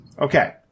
Okay